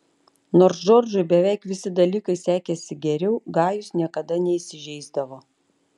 nors džordžui beveik visi dalykai sekėsi geriau gajus niekada neįsižeisdavo